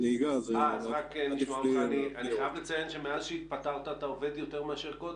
אני חייב לציין שמאז שהתפטרת אתה עובד יותר מאשר קודם.